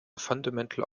fundamental